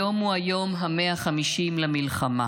היום הוא היום ה-150 למלחמה.